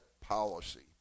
policy